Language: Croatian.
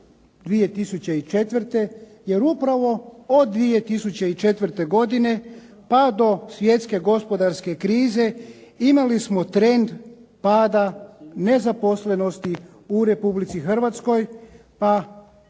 2004. jer upravo od 2004. godine pa do svjetske gospodarske krize imali smo trend pada nezaposlenosti u Republici Hrvatskoj pa s obzirom